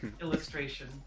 illustration